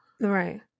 Right